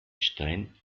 stein